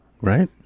right